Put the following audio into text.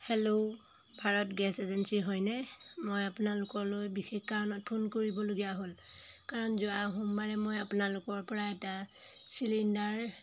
hello Bharat gas agency হয়নে মই আপোনালোকলৈ বিশেষ কাৰণত ফোন কৰিবলগীয়া হ'ল কাৰণ যোৱা সোমবাৰে মই আপোনালোকৰপৰা এটা চিলিণ্ডাৰ